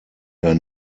der